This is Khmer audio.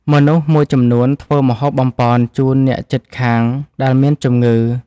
មនុស្សមួយចំនួនធ្វើម្ហូបបំប៉នជូនអ្នកជិតខាងដែលមានជំងឺ។